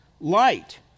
light